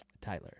Tyler